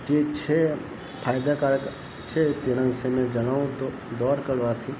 જે છે ફાયદાકારક છે તેના વિષે મેં જણાવું તો દોડ કરવાથી